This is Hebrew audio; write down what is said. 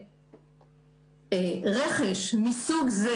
שרכש מסוג זה,